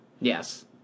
Yes